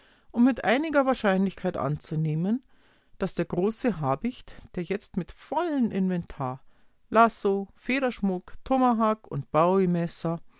um mit einiger wahrscheinlichkeit anzunehmen daß der große habicht der jetzt mit vollem inventar lasso federschmuck tomahawk und